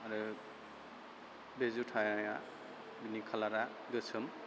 आरो बे जुताया बिनि खालारा गोसोम